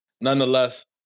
Nonetheless